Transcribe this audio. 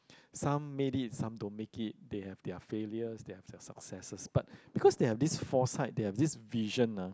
some made it some don't make it they have their failures they have their successes but because they have this foresight they have this vision ah